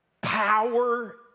power